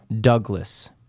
Douglas